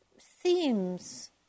themes